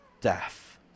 death